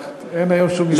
אין היום שום משחק,